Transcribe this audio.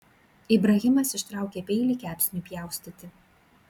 ibrahimas ištraukė peilį kepsniui pjaustyti